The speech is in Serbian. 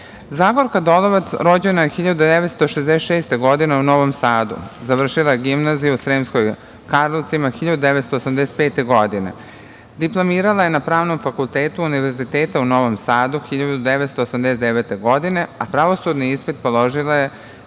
Dolovac. Zagorka Dolovac rođena je 1966. godine u Novom Sadu. Završila je gimnaziju u Sremskim Karlovcima 1985. godine. Diplomirala je na Pravnom fakultetu Univerziteta u Novom Sadu 1989. godine, a pravosudni ispit položila je